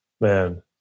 Man